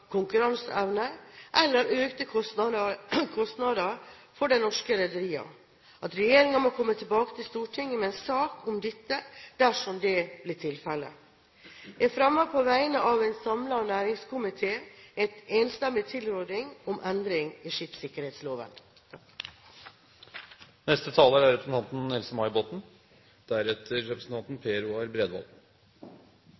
konkurranseevne eller økte kostnader for de norske rederiene, og at regjeringen må komme tilbake til Stortinget med en sak om dette dersom det blir tilfellet. På vegne av en samlet næringskomité anbefaler jeg en enstemmig tilråding om endringer i skipssikkerhetsloven.